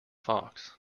fox